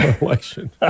election